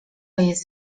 jest